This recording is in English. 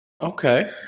Okay